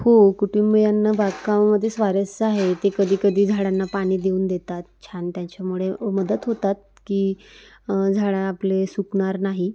हो कुटुंबियांना बागकामामध्ये स्वारस्य आहे ते कधी कधी झाडांना पाणी देऊन देतात छान त्यांच्यामुळे मदत होतात की झाडं आपले सुकणार नाही